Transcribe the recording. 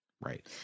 Right